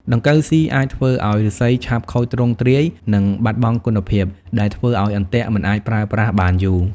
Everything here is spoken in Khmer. ដង្កូវស៊ីអាចធ្វើឲ្យឫស្សីឆាប់ខូចទ្រង់ទ្រាយនិងបាត់បង់គុណភាព ដែលធ្វើឲ្យអន្ទាក់មិនអាចប្រើប្រាស់បានយូរ។